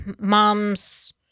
mom's